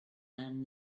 man